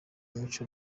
mico